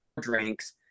drinks